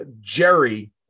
Jerry